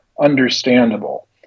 understandable